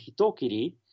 Hitokiri